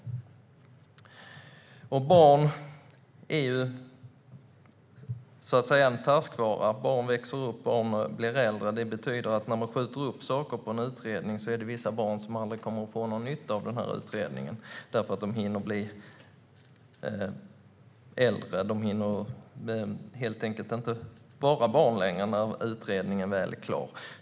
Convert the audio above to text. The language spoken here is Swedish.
Barn är så att säga en färskvara. Barn växer upp och blir äldre. Det betyder att när man skjuter upp saker med en utredning är det vissa barn som aldrig kommer att få någon nytta av utredningen, eftersom de blir äldre och helt enkelt inte längre kommer att vara barn när utredningen väl är klar.